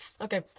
Okay